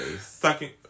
Sucking